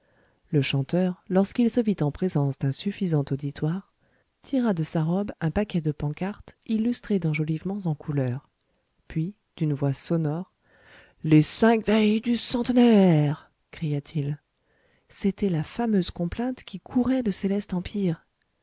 le chanteur lorsqu'il se vit en présence d'un suffisant auditoire tira de sa robe un paquet de pancartes illustrées d'enjolivements en couleurs puis d'une voix sonore les cinq veilles du centenaire cria-t-il c'était la fameuse complainte qui courait le céleste empire